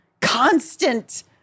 constant